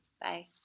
Bye